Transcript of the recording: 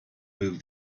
move